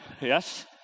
Yes